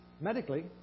medically